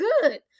good